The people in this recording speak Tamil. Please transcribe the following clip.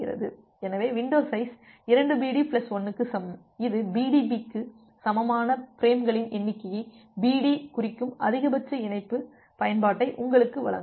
எனவே வின்டோ சைஸ் 2BD பிளஸ் 1 க்கு சமம் இது பிடிபி க்கு சமமான பிரேம்களின் எண்ணிக்கையை BD குறிக்கும் அதிகபட்ச இணைப்பு பயன்பாட்டை உங்களுக்கு வழங்கும்